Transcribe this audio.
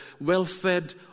well-fed